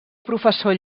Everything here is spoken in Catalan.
professor